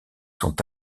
sont